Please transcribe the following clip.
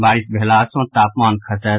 बारिश भेला सँ तापमान खसत